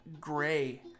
gray